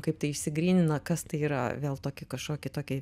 kaip tai išsigrynina kas tai yra vėl tokį kažkokį tokį